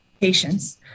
patients